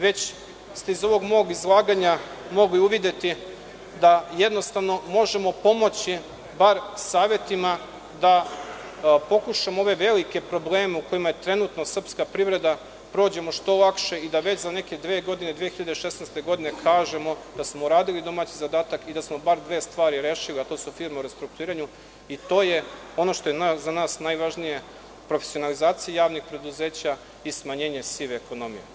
Već ste iz ovog mog izlaganja mogli uvideti da jednostavno može pomoći bar savetima da pokušamo ove velike probleme u kojima je trenutno srpska privreda prođemo što lakše, i da već za neke dve godine 2016. godine kažemo da smo uradili domaći zadatak i da smo bar dve stvari rešili, a to su firme u restrukturiranju i to je ono što je za nas najvažnije profesionalizacija javnih preduzeća i smanjenje sive ekonomije.